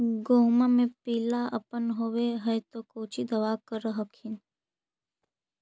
गोहुमा मे पिला अपन होबै ह तो कौची दबा कर हखिन?